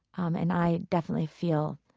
um and i definitely feel,